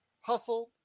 hustled